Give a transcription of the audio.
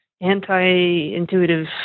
anti-intuitive